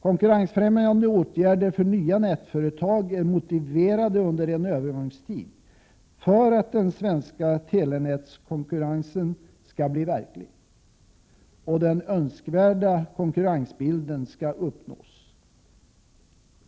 Konkurrensfrämjande åtgärder för nya nätföretag är motiverade under en övergångstid, för att den svenska telenätskonkurrensen skall bli verklig och den önskvärda konkurrensbilden uppnås.